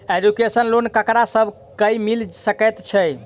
Education loan ककरा सब केँ मिल सकैत छै?